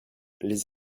les